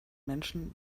menschen